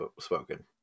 spoken